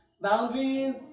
boundaries